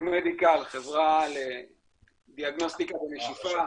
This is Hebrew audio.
חברה לדיאגנוסטיקה בנשיפה.